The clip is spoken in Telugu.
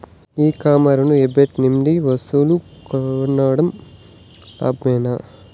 ఈ కామర్స్ వెబ్సైట్ నుండి వస్తువులు కొనడం లాభమేనా?